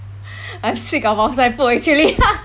I'm sick of outside food actually